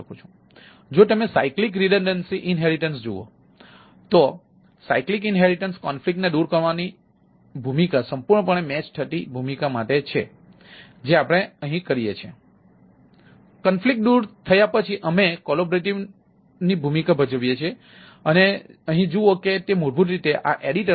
જો તમે cyclic redundancy inheritance ને દૂર કરવાની ભૂમિકા સંપૂર્ણપણે મેચ થતી ભૂમિકા માટે છે જે આપણે અહીં કરીએ છીએ